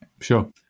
Sure